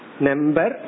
Number